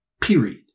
Period